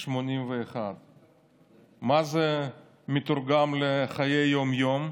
81%. איך זה מתורגם לחיי היום-יום?